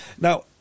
Now